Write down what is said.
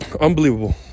unbelievable